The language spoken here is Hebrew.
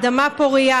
אדמה פורייה,